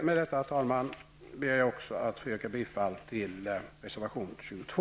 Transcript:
Med detta, herr talman, ber jag också att få yrka bifall till reservation 22.